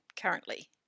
currently